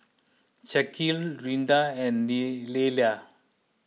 Shaquille Rinda and Leyla